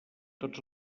tots